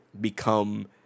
become